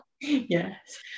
Yes